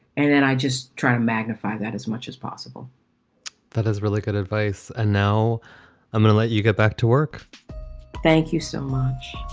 and and i just trying to magnify that as much as possible that is really good advice. and now i'm going to let you get back to work thank you so much